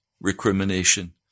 recrimination